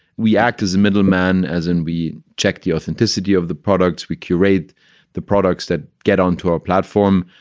we act as a middleman as in we check the authenticity of the products. we curate the products that get onto our platform.